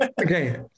Okay